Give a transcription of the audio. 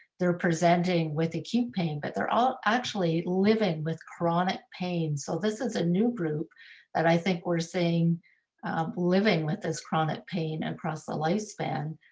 they're presenting with acute pain, but they're all actually living with chronic pain. so this is a new group that i think we're seeing living with this chronic pain and across the lifespan.